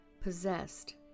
possessed